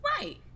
Right